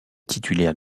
titulaire